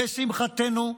לשמחתנו,